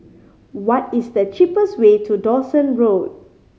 what is the cheapest way to Dawson Road